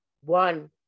One